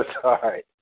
sorry